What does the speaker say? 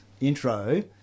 intro